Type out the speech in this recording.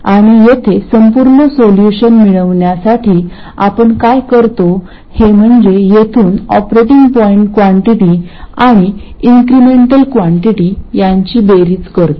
आणि येथे संपूर्ण सोल्युशन मिळविण्यासाठी आपण काय करतो हे म्हणजे येथून ऑपरेटिंग पॉईंट क्वांटीटी आणि इंक्रेमेंटल क्वांटीटी यांची बेरीज करतो